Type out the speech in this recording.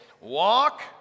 walk